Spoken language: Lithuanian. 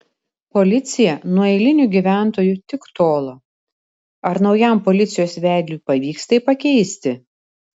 policija nuo eilinių gyventojų tik tolo ar naujam policijos vedliui pavyks tai pakeisti